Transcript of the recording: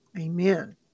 Amen